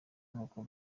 nk’uko